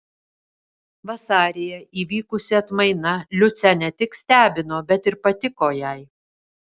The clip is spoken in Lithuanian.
vasaryje įvykusi atmaina liucę ne tik stebino bet ir patiko jai